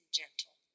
gentle